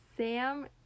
Sam